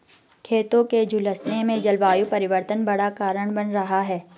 खेतों के झुलसने में जलवायु परिवर्तन बड़ा कारण बन रहा है